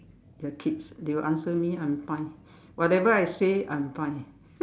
the kids they will answer me I'm fine whatever I say I'm fine